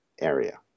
area